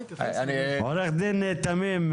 עו"ד תמים,